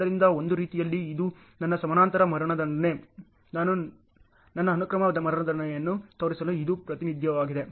ಆದ್ದರಿಂದ ಒಂದು ರೀತಿಯಲ್ಲಿ ಇದು ನನ್ನ ಸಮಾನಾಂತರ ಮರಣದಂಡನೆ ನನ್ನ ಅನುಕ್ರಮ ಮರಣದಂಡನೆಯನ್ನು ತೋರಿಸಲು ಇದು ಪ್ರಾತಿನಿಧ್ಯವಾಗಿದೆ